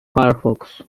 firefox